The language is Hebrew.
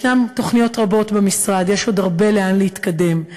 ישנן תוכניות רבות במשרד, יש עוד הרבה לאן להתקדם.